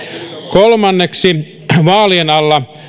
kolmanneksi vaalien alla